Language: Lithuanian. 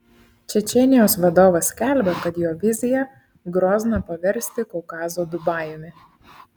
čečėnijos vadovas skelbia kad jo vizija grozną paversti kaukazo dubajumi